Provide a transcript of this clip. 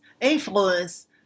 influence